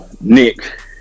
Nick